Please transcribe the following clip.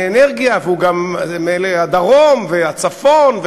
אנרגיה והוא גם לענייני הדרום והצפון.